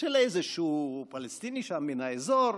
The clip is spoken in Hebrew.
של איזשהו פלסטיני שם מן האזור,